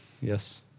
Yes